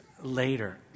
later